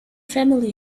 family